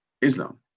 Islam